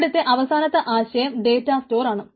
ഇവിടത്തെ അവസാനത്തെ ആശയം ഡേറ്റാ സ്റ്റോർ ആണ്